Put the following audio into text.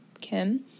Kim